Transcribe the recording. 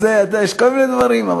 יש כל מיני דברים.